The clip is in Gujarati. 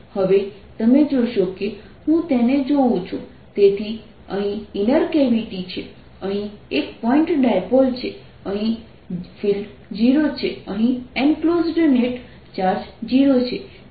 હવે તમે જોશો કે હું તેને જોઉં છું તેથી અહીં ઈનર કેવિટી છે અહીં એક પોઇન્ટ ડાયપોલ છે અહીં ફિલ્ડ 0 છે અહીં એનકલોઝડ નેટ ચાર્જ 0 છે